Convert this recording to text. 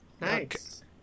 Nice